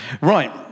Right